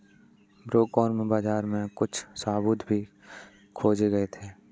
broomcorn बाजरा के कुछ सबूत भी खोजे गए थे